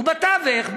ובתווך,